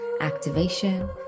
activation